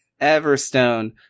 Everstone